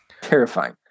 Terrifying